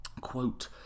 quote